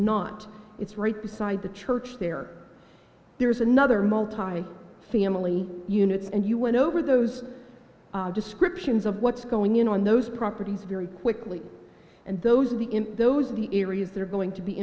not it's right beside the church there there's another multiracial family units and you went over those descriptions of what's going in on those properties very quickly and those are the in those the areas that are going to be